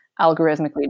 algorithmically